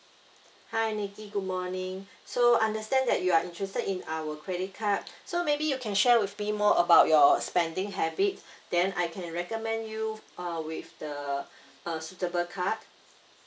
hi nicky good morning so understand that you are interested in our credit card so maybe you can share with me more about your spending habits then I can recommend you f~ uh with the uh suitable card